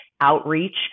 outreach